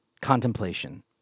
contemplation